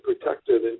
protected